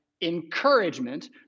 encouragement